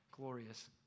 glorious